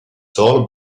tall